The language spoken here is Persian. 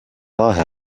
راهی